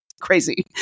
crazy